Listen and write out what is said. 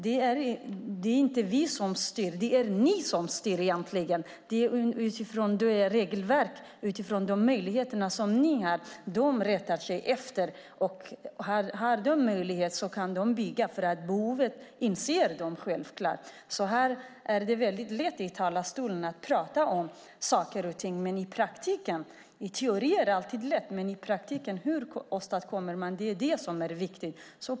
Det är inte vi som styr utan det är egentligen ni som styr. De rättar sig efter regelverk och de möjligheter ni ger. Om de får möjlighet kan de bygga. De inser självklart behovet. Det är lätt att i talarstolen tala om saker och ting. I teorin är det alltid lätt, men hur åstadkommer man detta i praktiken? Det är viktigt.